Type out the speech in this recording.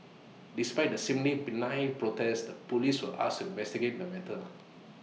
despite the seemingly benign protest the Police were asked investigate the matter